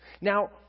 Now